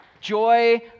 Joy